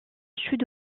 sud